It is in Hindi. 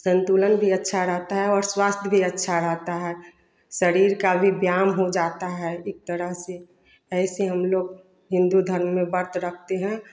संतुलन भी अच्छा रहता है और स्वास्थ्य भी अच्छा रहता है शरीर का भी व्यायाम हो जाता है एक तरह से ऐसे हम लोग हिन्दू धर्म में व्रत रखते हैं